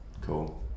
Cool